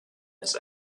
his